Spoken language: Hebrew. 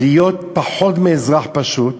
להיות פחות מאזרח פשוט,